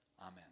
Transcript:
Amen